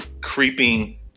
creeping